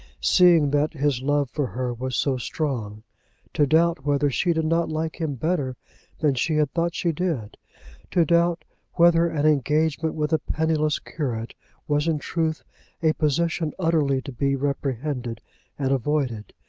seeing that his love for her was so strong to doubt whether she did not like him better than she had thought she did to doubt whether an engagement with a penniless curate was in truth a position utterly to be reprehended and avoided.